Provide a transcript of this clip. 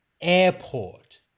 airport